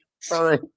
Sorry